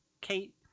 Kate